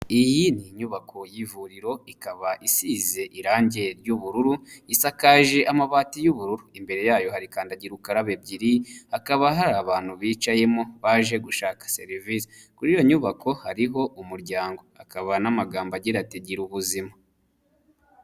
Iyi ni inyubako y'ivuriro, ikaba isize irangi ry'ubururu, isakaje amabati y'ubururu, imbere yayo harikandagira ukarababe ebyiri, hakaba hari abantu bicayemo, baje gushaka serivisi, kuri iyo nyubako hariho umuryango, hakaba n'amagambo agira ati girubuzima.